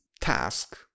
task